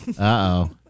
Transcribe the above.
Uh-oh